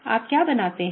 आप क्या बनाते हैं